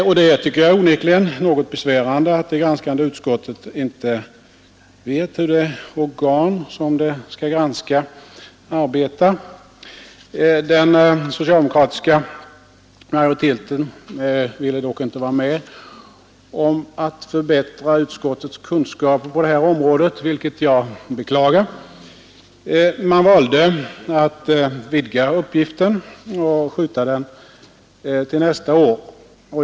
Det är, tycker jag, onekligen något besvärande att det granskande utskottet inte vet hur det organ arbetar som utskottet skall granska. Den socialdemokratiska majoriteten ville dock inte vara med om att förbättra utskottets kunskaper på det här området, vilket jag beklagar. Man valde att vidga uppgiften och skjuta den till nästa år.